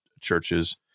churches